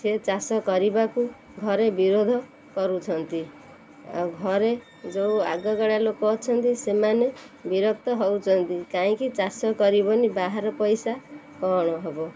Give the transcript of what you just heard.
ସେ ଚାଷ କରିବାକୁ ଘରେ ବିରୋଧ କରୁଛନ୍ତି ଆଉ ଘରେ ଯୋଉ ଆଗକାଳ ର ଲୋକ ଅଛନ୍ତି ସେମାନେ ବିରକ୍ତ ହେଉଛନ୍ତି କାହିଁକି ଚାଷ କରିବନି ବାହାର ପଇସା କ'ଣ ହେବ